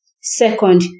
Second